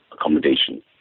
accommodation